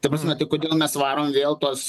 ta prasme tai kodėl mes varom vėl tuos